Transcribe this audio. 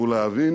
ולהבין